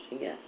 Yes